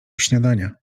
śniadania